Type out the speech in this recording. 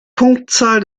punktzahl